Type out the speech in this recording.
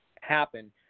happen